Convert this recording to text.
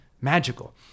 magical